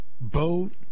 Boat